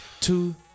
Two